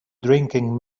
drinking